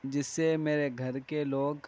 جس سے میرے گھر کے لوگ